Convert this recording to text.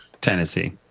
Tennessee